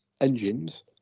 engines